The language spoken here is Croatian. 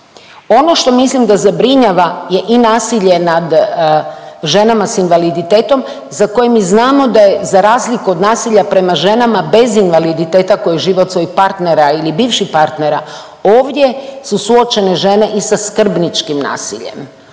Ono što mislim da zabrinjava je i nasilje nad ženama s invaliditetom za koje mi znamo da je za razliku od nasilja prema ženama bez invaliditeta koje život svojih partnera ili bivših partnera, ovdje su suočene žene i sa skrbničkim nasiljem.